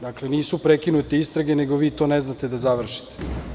Dakle, nisu prekinute istrage, nego vi to ne znate da završite.